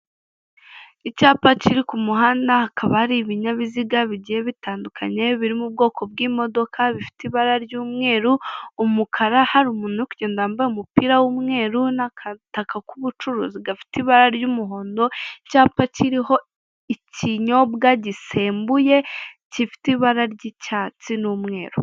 Icyapa kiri ku muhanda, hakaba ari ibinyabiziga bigiye bitandukanye birimo ubwoko bw'imodoka, bifite ibara ry'umweru, umukara, hari umuntu uri kugenda wambaye umupira w'umweru n'akataka k'ubucuruzi, gafite ibara ry'umuhondo, icyapa kiriho ikinyobwa gisembuye, gifite ibara ry'icyatsi n'umweru.